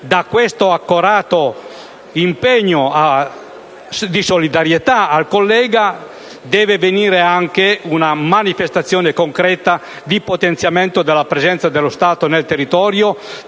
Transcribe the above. Da questo accorato impegno di solidarietà al collega deve venire anche una manifestazione concreta di potenziamento della presenza dello Stato nel territorio,